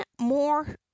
more